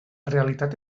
realitat